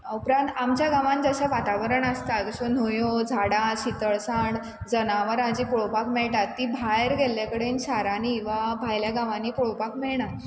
उपरांत आमच्या गांवान जशें वातावरण आसता जश्यो न्हंयो झाडां शितळसाण जनावरां जीं पळोवपाक मेळटात तीं भायर गेल्ले कडेन शारांनी वा भायल्या गांवानी पळोवपाक मेळनात